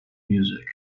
music